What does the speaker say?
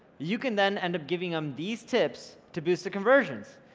you can then end up giving them these tips to boost the conversions,